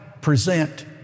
present